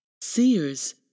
Seers